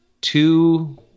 two